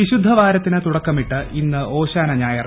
വിശുദ്ധവാരത്തിന് തുടക്കമിട്ട് ഇന്ന് ഓശാന ഞായർ